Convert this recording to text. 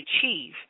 achieve